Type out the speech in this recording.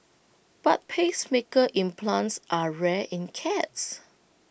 but pacemaker implants are rare in cats